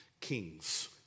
Kings